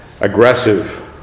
aggressive